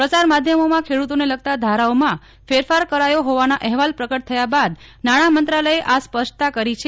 પ્રસાર માધ્યમોમાં ખેડૂતોને લગતાં ધારાઓમાં ફેરફાર કરાયો હોવાના અહેવાલ પ્રગટ થયા બાદ નાણાં મંત્રાલયે આ સ્પષ્ટતા કરી છે